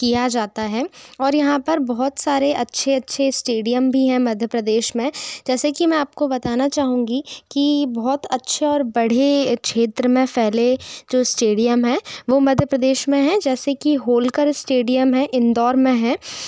किया जाता है और यहाँ पर बहुत सारे अच्छे अच्छे स्टेडियम भी हैं मध्य प्रदेश में जैसे कि मैं आपको बताना चाहूँगी कि बहुत अच्छे और बड़े क्षेत्र में फैले जो स्टेडियम हैं वह मध्य प्रदेश में हैं जैसे कि होलकर स्टेडियम है इंदौर में है